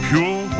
Pure